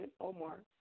Omar